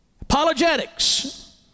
Apologetics